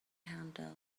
handle